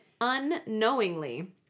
unknowingly